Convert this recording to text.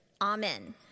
Amen